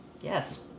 yes